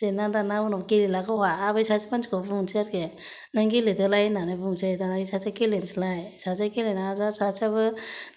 जेननानै दाना उनाव गेलेला गावहा आरो बै सासे मानसिखौ बुंहैनोसै आरोखि नों गेलेदोलाय होननानै बुंसै दाना ऐ सासे गेलेनोसैलाय सासे गेलेना आरोदा सासेयाबो